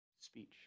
Speech